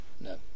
no